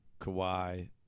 Kawhi